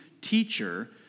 teacher